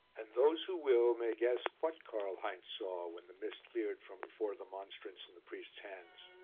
and those who will may guess what karl heinz saw when the mist cleared from before the monstrance in the priest's hands.